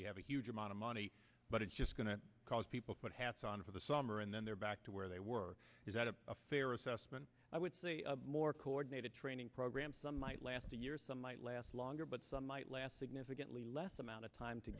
we have a huge amount of money but it's just going to cause people to put hats on for the summer and then they're back to where they were is that a fair assessment i would say a more coordinated training program some might last a year some might last longer but some might last significantly less amount of time to